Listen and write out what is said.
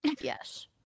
Yes